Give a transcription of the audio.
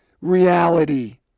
reality